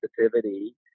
sensitivity